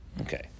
Okay